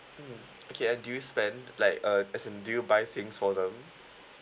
mm okay and do you spend like uh as in do you buy things for them